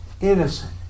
innocent